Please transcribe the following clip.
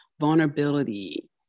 vulnerability